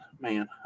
man